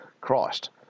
christ